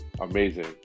amazing